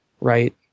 right